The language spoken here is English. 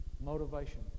Motivation